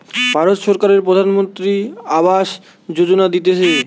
ভারত সরকারের প্রধানমন্ত্রী আবাস যোজনা দিতেছে